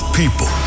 people